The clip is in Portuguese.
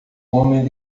homem